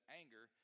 anger